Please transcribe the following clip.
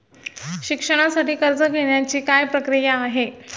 शिक्षणासाठी कर्ज घेण्याची काय प्रक्रिया आहे?